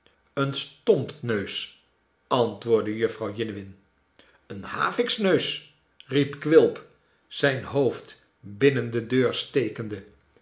een stompneus antwoordde jufvrouw jiniwin een haviksneus riep quilp zijn hoofd binnen de deur stekende